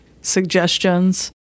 suggestions